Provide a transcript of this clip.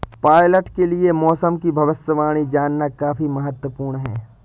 pilot के लिए मौसम की भविष्यवाणी जानना काफी महत्त्वपूर्ण है